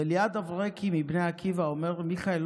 ואליעד אברקי מבני עקיבא אומר: מיכאל,